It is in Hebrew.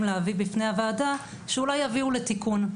להביא בפני הוועדה שאולי יביאו לתיקון.